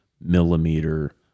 millimeter